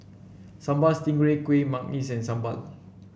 Sambal Stingray Kuih Manggis sambal